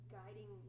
guiding